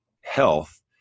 health